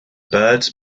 birds